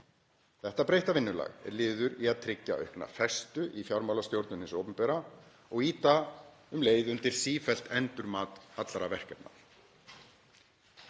Þetta breytta vinnulag er liður í að tryggja aukna festu í fjármálastjórn hins opinbera og ýta um leið undir sífellt endurmat allra verkefna.